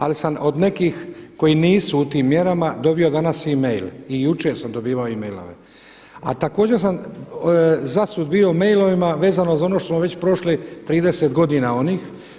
Ali sam od nekih koji nisu u tim mjerama dobio danas e-mail, i jučer sam dobivao e-mailove, a također sam zasut bio e-mailovima vezano za ono što smo već prošli 30 godina onih.